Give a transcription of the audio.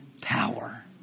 power